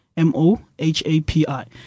M-O-H-A-P-I